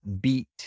beat